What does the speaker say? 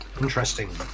Interesting